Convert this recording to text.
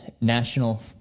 National